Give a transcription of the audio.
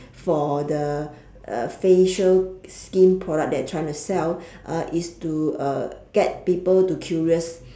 for the uh facial skin product they're trying to sell uh is to uh get people to curious